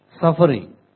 suffering